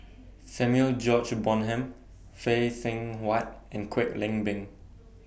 Samuel George Bonham Phay Seng Whatt and Kwek Leng Beng